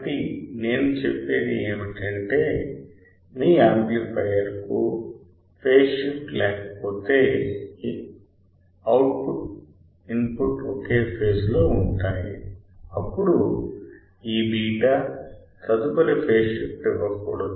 కాబట్టి నేను చెప్పేది ఏమిటంటే మీ యాంప్లిఫయర్కు ఫేజ్ షిఫ్ట్ లేకపోతే అవుట్ పుట్ ఇన్పుట్ ఒకే ఫేజ్ లో ఉంటాయి అప్పుడు ఈ బీటా తదుపరి ఫేజ్ షిఫ్ట్ ఇవ్వకూడదు